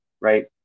right